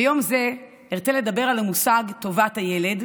ביום זה ארצה לדבר על המושג "טובת הילד",